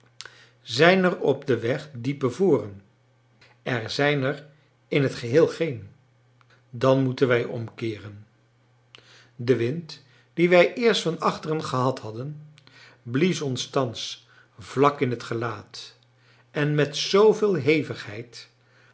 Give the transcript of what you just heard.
zijn er op den weg diepe voren er zijn er in het geheel geen dan moeten wij omkeeren de wind dien wij eerst van achteren gehad hadden blies ons thans vlak in het gelaat en met zooveel